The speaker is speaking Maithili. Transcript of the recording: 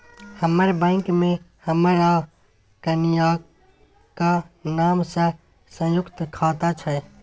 हमर बैंक मे हमर आ कनियाक नाम सँ संयुक्त खाता छै